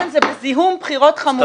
הדיון כאן הוא בזיהום בחירות חמור.